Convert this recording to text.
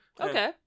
Okay